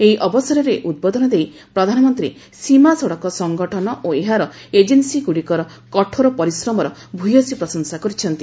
ଏହି ଅବସରରେ ଉଦ୍ବୋଧନ ଦେଇ ପ୍ରଧାନମନ୍ତ୍ରୀ ସୀମା ସଡ଼କ ସଂଗଠନ ଓ ଏହାର ଏଜେନ୍ସୀଗୁଡ଼ିକର କଠୋର ପରିଶ୍ରମର ଭୂୟସୀ ପ୍ରଶଂସା କରିଛନ୍ତି